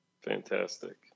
fantastic